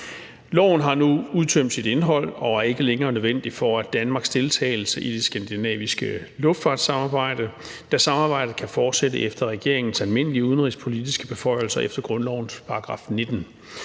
Loven har nu udtømt sit indhold og er ikke længere nødvendig for Danmarks deltagelse i det skandinaviske luftfartssamarbejde, da samarbejdet kan fortsætte efter regeringens almindelige udenrigspolitiske beføjelser efter grundlovens § 19.